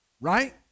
Right